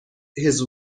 his